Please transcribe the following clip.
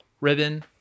ribbon